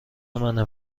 منه